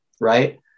right